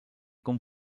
com